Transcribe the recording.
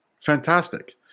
Fantastic